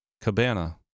Cabana